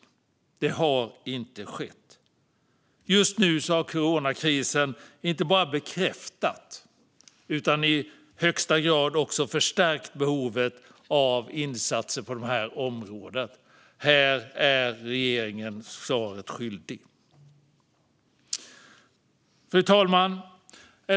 Det har inte skett. Just nu har coronakrisen inte bara bekräftat utan i högsta grad också förstärkt behovet av insatser på dessa områden. Här är regeringen svaret skyldig. Fru talman!